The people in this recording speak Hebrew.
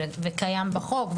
וקיים בחוק,